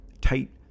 tight